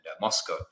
Moscow